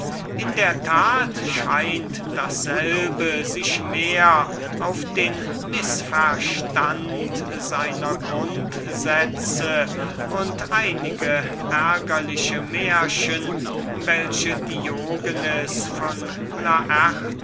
in der tat scheint dasselbe sich mehr auf den mißverstand seiner grundsätze und einige ärgerliche märchen welche diogenes von